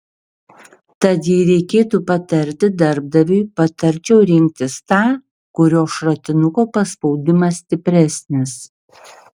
tad jei reikėtų patarti darbdaviui patarčiau rinktis tą kurio šratinuko paspaudimas stipresnis